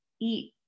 eat